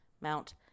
Mount